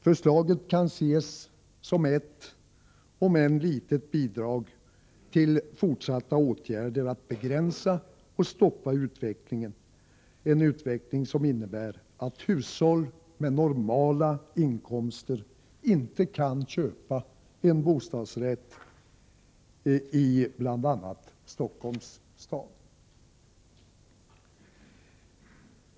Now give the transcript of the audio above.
Förslaget kan ses som ett, om än litet, bidrag till fortsatta åtgärder att begränsa och stoppa en utveckling som innebär att hushåll med normala inkomster inte kan köpa en bostadsrätt i bl.a. Stockholms stad.